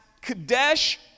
Kadesh